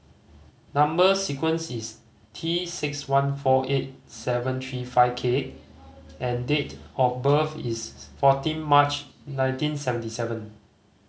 number sequence is T six one four eight seven three five K and date of birth is fourteen March nineteen seventy seven